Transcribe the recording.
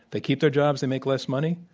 they keep their jobs, they make less money?